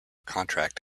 contract